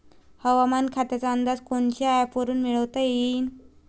हवामान खात्याचा अंदाज कोनच्या ॲपवरुन मिळवता येईन?